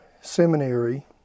seminary